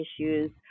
issues